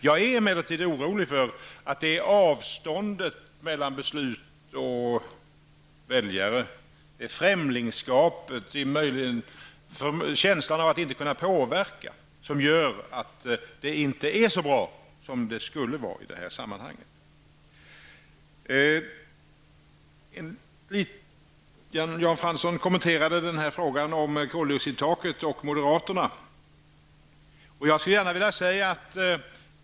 Jag är emellertid orolig för att det är avståndet mellan beslut och väljare, främlingsskapet och känslan av att inte kunna påverka som gör att det inte är så bra som det skulle kunna vara i det här sammanhanget. Jan Fransson kommenterade frågan om koldioxidtaket och moderaternas inställning till det.